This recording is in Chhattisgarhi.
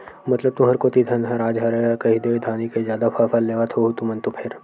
मतलब तुंहर कोती धनहा राज हरय कहिदे धाने के जादा फसल लेवत होहू तुमन तो फेर?